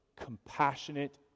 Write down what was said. compassionate